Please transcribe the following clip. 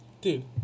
Dude